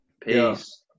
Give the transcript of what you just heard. Peace